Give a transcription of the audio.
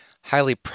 highly